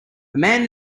man